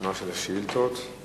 יש שאילתות לא מעטות.